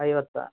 ಐವತ್ತಾ